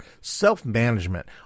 self-management